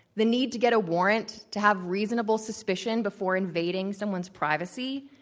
the need to get a warrant to have reasonable suspicion before invading someone's privacy,